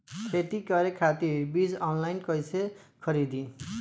खेती करे खातिर बीज ऑनलाइन कइसे खरीदी?